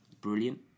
brilliant